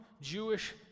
Jewish